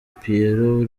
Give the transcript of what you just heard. pierrot